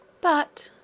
but,